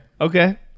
okay